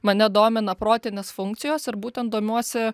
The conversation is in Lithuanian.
mane domina protinės funkcijos ir būtent domiuosi